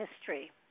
history